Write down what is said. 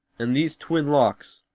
and these twin locks,